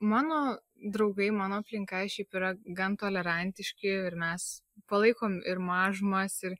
mano draugai mano aplinka šiaip yra gan tolerantiški ir mes palaikom ir mažumas ir